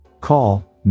Call